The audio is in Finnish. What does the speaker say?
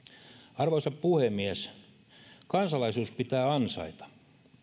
arvoisa puhemies kansalaisuus pitää ansaita